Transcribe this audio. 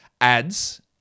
ads